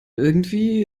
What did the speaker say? irgendwie